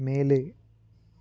மேலே